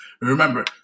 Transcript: remember